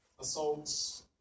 assaults